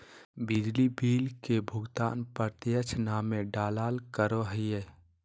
बिजली बिल के भुगतान प्रत्यक्ष नामे डालाल करो हिय